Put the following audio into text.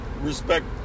respect